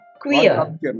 queer